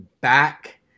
back